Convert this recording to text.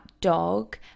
dog